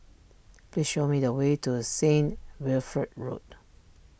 please show me the way to Saint Wilfred Road